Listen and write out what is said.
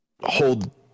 hold